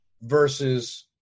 versus